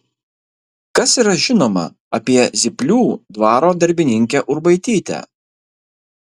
kas yra žinoma apie zyplių dvaro darbininkę urbaitytę